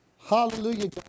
Hallelujah